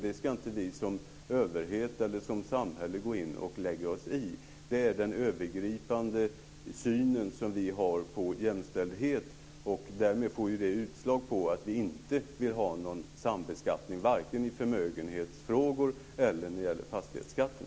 Det ska inte vi som överhet eller som samhälle lägga oss i. Detta är vår övergripande syn på jämställdheten. Därmed blir utslaget att vi inte vill ha någon sambeskattning vare sig i förmögenhetsfrågor eller när det gäller fastighetsskatten.